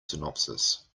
synopsis